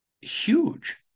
huge